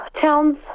towns